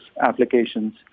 applications